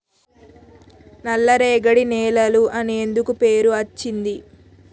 నల్లరేగడి నేలలు అని ఎందుకు పేరు అచ్చింది?